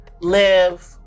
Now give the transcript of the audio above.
live